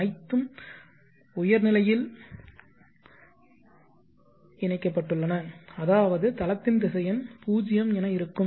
அனைத்தும் உயர்நிலையில் உயர் நிலையில் இணைக்கப்பட்டுள்ளன அதாவது தளத்தின் திசையன் 0 என இருக்கும்